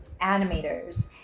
animators